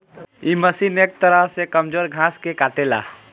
इ मशीन एक तरह से कमजोर घास के काटेला